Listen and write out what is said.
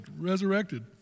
resurrected